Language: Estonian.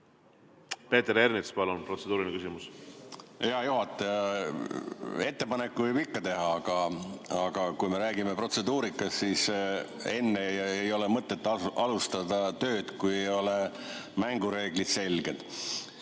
Peeter Ernits, palun protseduuriline küsimus!